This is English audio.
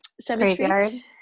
cemetery